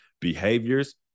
behaviors